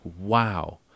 wow